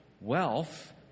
Wealth